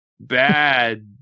bad